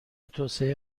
توسعه